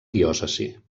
diòcesi